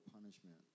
punishment